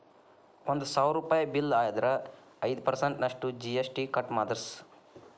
ಒಂದ್ ಸಾವ್ರುಪಯಿ ಬಿಲ್ಲ್ ಆದ್ರ ಐದ್ ಪರ್ಸನ್ಟ್ ನಷ್ಟು ಜಿ.ಎಸ್.ಟಿ ಕಟ್ ಮಾದ್ರ್ಸ್